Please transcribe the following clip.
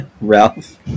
Ralph